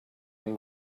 and